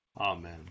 Amen